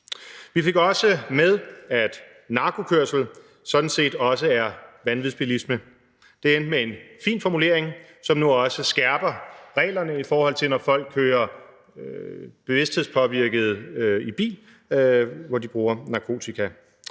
Vi fik også med, at narkokørsel sådan set også er vanvidsbilisme. Det endte med en fin formulering, som nu også skærper reglerne, i forhold til når folk kører bevidsthedspåvirket i bil, hvor de bruger narkotika.